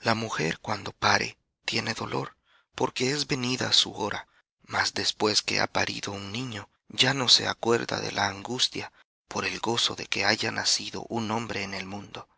la mujer cuando pare tiene dolor porque es venida su hora mas después que ha parido un niño ya no se acuerda de la angustia por el gozo de que haya nacido un hombre en el mundo